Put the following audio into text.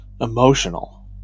emotional